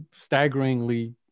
staggeringly